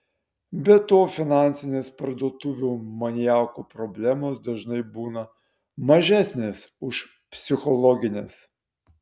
be to finansinės parduotuvių maniakų problemos dažnai būna mažesnės už psichologines